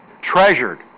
Treasured